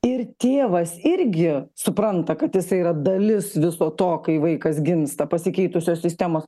ir tėvas irgi supranta kad jisai yra dalis viso to kai vaikas gimsta pasikeitusios sistemos